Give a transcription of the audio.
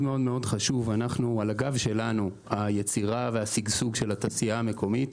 על הגב שלנו היצירה והשגשוג של התעשייה המקומית,